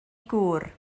gŵr